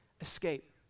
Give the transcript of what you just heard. escape